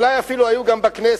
אולי אפילו היו גם בכנסת,